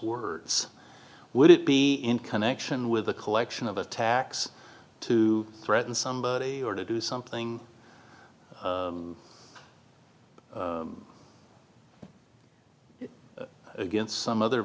words would it be in connection with the collection of attacks to threaten somebody or to do something against some other